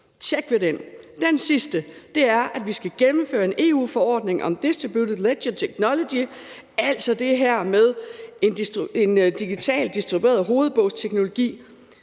tjek ved den. Det sidste er, at vi skal gennemføre en EU-forordning om distributed ledger technology, altså det her med en digitalt distribueret hovedbogsteknologi,